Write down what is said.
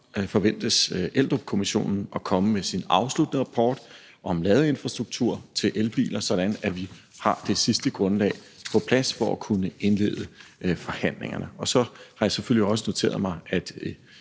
forventes Eldrupkommissionen at komme med sin afsluttende rapport om ladeinfrastruktur til elbiler, sådan at vi har det sidste grundlag på plads for at kunne indlede forhandlingerne. Så har jeg selvfølgelig også noteret mig,